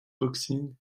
boxing